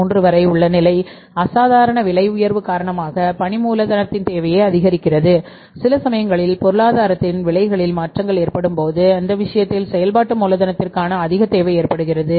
33 வரை உள்ள நிலை அசாதாரண விலை உயர்வு காரணமாக பணி மூலதனத்தின் தேவையை அதிகரிக்கிறது சில சமயங்களில் பொருளாதாரத்தில் விலைகளில் மாற்றங்கள் ஏற்படும்போது அந்த விஷயத்தில் செயல்பாட்டு மூலதனத்திற்கான அதிக தேவை ஏற்படுகிறது